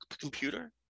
computer